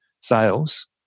sales